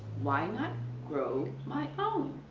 why not grow my own